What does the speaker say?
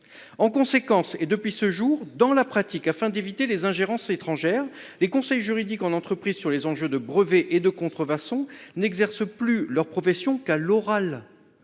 En conséquence, et depuis ce jour, dans la pratique, afin d’éviter les ingérences étrangères, les conseils juridiques en entreprise en matière de brevets et de contrefaçons n’exercent plus leur profession qu’à l’oral,